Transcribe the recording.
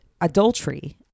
adultery